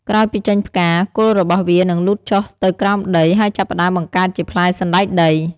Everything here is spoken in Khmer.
ក្រោយពីចេញផ្កា គល់របស់វា នឹងលូតចុះទៅក្រោមដី ហើយចាប់ផ្តើមបង្កើតជាផ្លែសណ្ដែកដី។